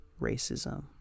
racism